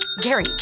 Gary